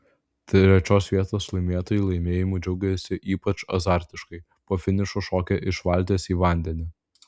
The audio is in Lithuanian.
trečios vietos laimėtojai laimėjimu džiaugėsi ypač azartiškai po finišo šokę iš valties į vandenį